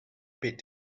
bit